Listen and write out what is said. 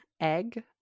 Egg